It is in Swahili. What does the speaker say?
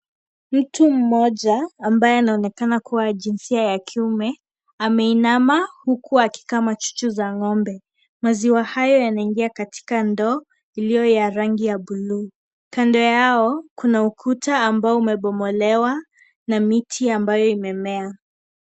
Mtu mmoja, ambaye anaonekana kua wa jinsia ya kiume, ameinama huku akikama chuchu za ng'ombe. Maziwa haya yanaingia katika ndoo, iliyo ya rangi ya bluu. Kando yao, kuna ukuta ambao umebomolewa na miti ambayo imemea.